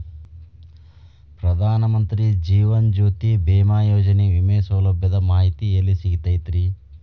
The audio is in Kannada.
ಪ್ರಧಾನ ಮಂತ್ರಿ ಜೇವನ ಜ್ಯೋತಿ ಭೇಮಾಯೋಜನೆ ವಿಮೆ ಸೌಲಭ್ಯದ ಮಾಹಿತಿ ಎಲ್ಲಿ ಸಿಗತೈತ್ರಿ?